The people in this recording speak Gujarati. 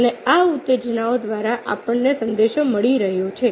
અને આ ઉત્તેજનાઓ દ્વારા આપણને સંદેશો મળી રહ્યો છે